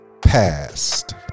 past